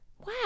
Wow